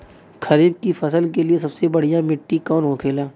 खरीफ की फसल के लिए सबसे बढ़ियां मिट्टी कवन होखेला?